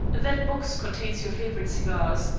that box contains your favorite cigars.